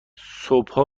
صبحا